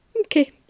Okay